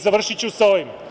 Završiću sa ovim.